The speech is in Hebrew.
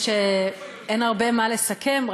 אין הרבה מה לסכם,